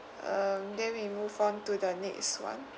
um then we move on to the next one